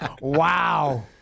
Wow